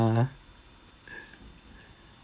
ah